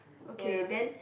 okay then